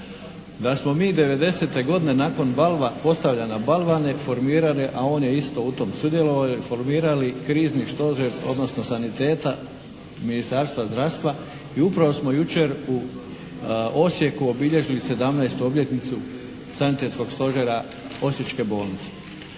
da smo mi '90. godine nakon postavljanja balvana formirali, a on je isto u tom sudjelovao, formirali Krizni stožer, odnosno saniteta Ministarstva zdravstva. I upravo smo jučer u Osijeku obilježili 17. obljetnicu Sanitetskog stožera Osječke bolnice.